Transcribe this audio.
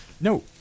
No